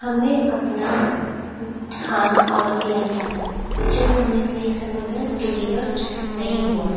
हमने अपना खाना ऑर्डर किया था जो हमें सही समय पर डिलीवर नहीं हुआ